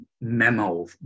memo